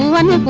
one